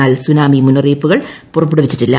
എന്നാൽ സുനാമി മുന്നറിയിപ്പുകൾ പുറപ്പെടുവിച്ചിട്ടില്ല